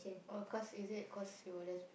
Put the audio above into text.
oh cause is it cause you lesbian